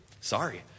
Sorry